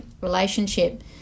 relationship